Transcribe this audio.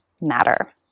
matter